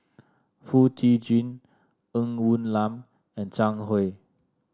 Foo Tee Jun Ng Woon Lam and Zhang Hui